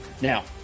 Now